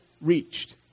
reached